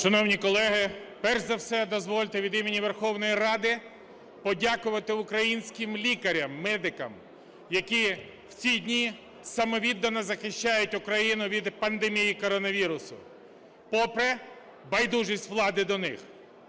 Шановні колеги, перш за все, дозвольте від імені Верховної Ради подякувати українським лікарям, медикам, які в ці дні самовіддано захищають Україну від пандемії коронавірусу попри байдужість влади до них.